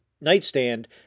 nightstand